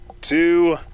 two